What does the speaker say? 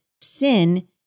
Sin